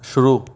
शुरू